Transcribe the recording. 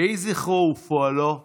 יהיו זכרו ופועלו ברוכים.